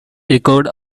echoed